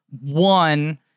one